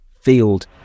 field